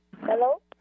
Hello